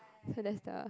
so that's the